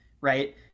right